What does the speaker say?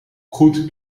goed